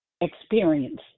experience